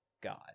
God